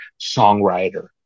songwriter